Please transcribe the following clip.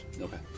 Okay